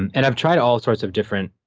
and and i've tried all sorts of different